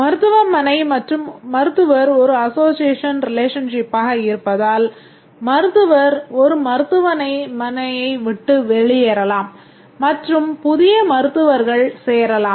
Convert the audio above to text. மருத்துவமனை மற்றும் மருத்துவர் ஒரு அசோசியேஷன் ரிலேஷன்ஷிப்பாக இருப்பதால் மருத்துவர் ஒரு மருத்துவமனையை விட்டு வெளியேறலாம் மற்றும் புதிய மருத்துவர்கள் சேரலாம்